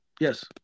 Yes